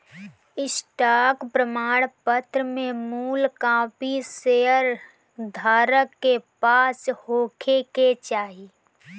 stock प्रमाणपत्र में मूल कापी शेयर धारक के पास होखे के चाही